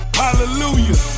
hallelujah